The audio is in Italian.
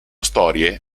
storie